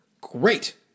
Great